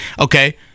okay—